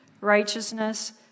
righteousness